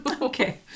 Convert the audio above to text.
Okay